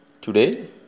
Today